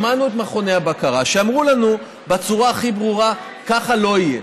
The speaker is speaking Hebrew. שמענו את מכוני הבקרה שאמרו לנו בצורה הכי ברורה: ככה לא יהיה.